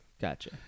Gotcha